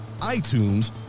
iTunes